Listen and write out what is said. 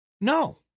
No